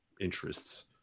interests